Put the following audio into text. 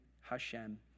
Hashem